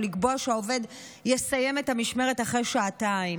או לקבוע שהעובד יסיים את המשמרת אחרי שעתיים.